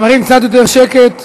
חברים, קצת יותר שקט.